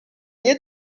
nie